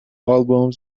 albums